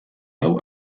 hau